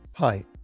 Hi